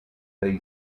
they